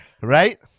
Right